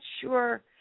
sure